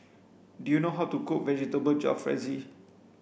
do you know how to cook Vegetable Jalfrezi